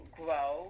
grow